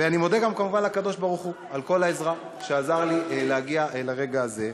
ואני מודה גם כמובן לקדוש-ברוך-הוא על כל העזרה שעזר לי להגיע לרגע הזה.